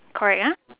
correct ah